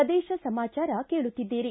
ಪ್ರದೇಶ ಸಮಾಚಾರ ಕೇಳುತ್ತಿದ್ದೀರಿ